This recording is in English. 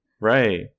Right